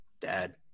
dad